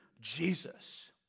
Jesus